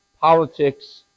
politics